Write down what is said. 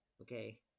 okay